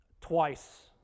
twice